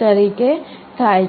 તરીકે થાય છે